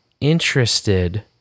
interested